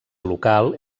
local